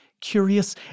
curious